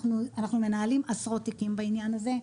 אנחנו מנהלים עשרות תיקים בעניין הזה.